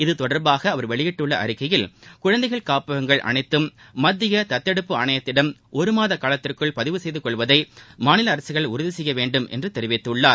இதுதொடர்பாக அவர் வெளியிட்டுள்ள அறிக்கையில் குழந்தைகள் காப்பகங்கள்அனைத்து மத்திய தத்தெடுப்பு ஆணையத்திடம் ஒருமாத காலத்திற்குள் பதிவு செய்து கொள்வதை மாநில அரசுகள் உறுதி செய்ய வேண்டும் என்று தெரிவித்துள்ளார்